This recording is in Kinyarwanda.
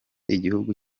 igihugu